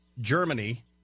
Germany